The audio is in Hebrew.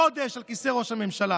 חודש על כיסא ראש הממשלה,